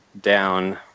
down